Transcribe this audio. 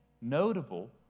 notable